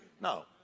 No